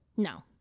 No